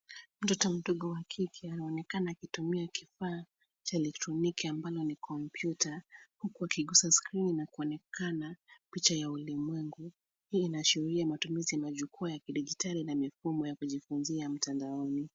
Mtoto mdogo wa kike anaonekana akitumia kifaa cha elektroniki ambalo ni kompyuta huku akigusa skrini na kuonekana picha ya ulimwengu. Hii inaashiria chenye jukwaa ya kidijtali na mifumo ya kujifunzia mtandaoni..